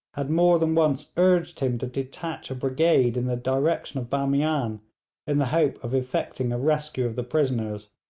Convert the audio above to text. had more than once urged him to detach a brigade in the direction of bamian in the hope of effecting a rescue of the prisoners,